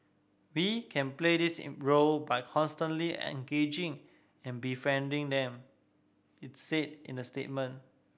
we can play this in by constantly engaging and befriending them it's said in a statement